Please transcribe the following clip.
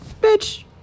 bitch